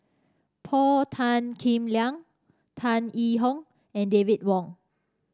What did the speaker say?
Paul Tan Kim Liang Tan Yee Hong and David Wong